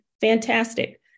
Fantastic